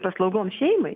paslaugoms šeimai